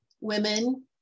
women